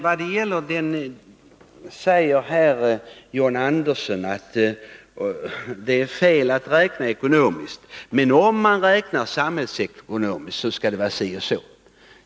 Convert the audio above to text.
John Andersson säger också att det är fel att räkna ekonomiskt, men att om man räknar samhällsekonomiskt, skall det vara si och så.